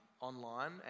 online